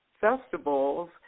festivals